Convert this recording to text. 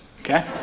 Okay